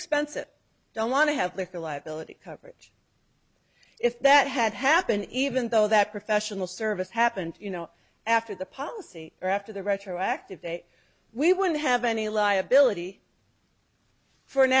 expensive don't want to have like a liability coverage if that had happened even though that professional service happened you know after the policy or after the retroactive pay we wouldn't have any liability for an